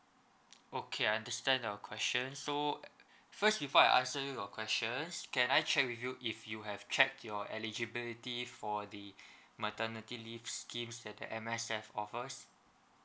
okay I understand the question so first before I answer you your questions can I check with you if you have checked your eligibility for the maternity leave schemes and the M_S_F offers